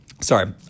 Sorry